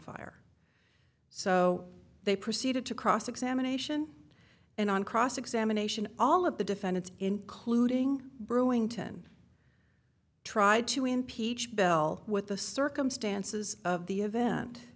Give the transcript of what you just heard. fire so they proceeded to cross examination and on cross examination all of the defendants including brewington tried to impeach bill with the circumstances of the event